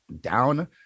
down